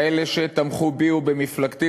כאלה שתמכו בי ובמפלגתי,